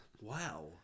Wow